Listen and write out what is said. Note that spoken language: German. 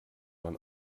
man